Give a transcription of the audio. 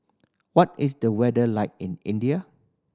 what is the weather like in India